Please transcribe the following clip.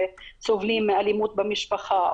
וסובלים מאלימות במשפחה,